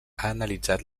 analitzat